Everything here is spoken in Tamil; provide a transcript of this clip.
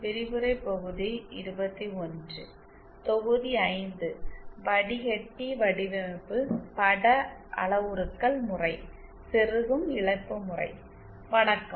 வணக்கம்